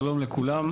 שלום לכולם.